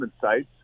sites